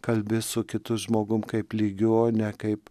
kalbi su kitu žmogumi kaip lygiu o ne kaip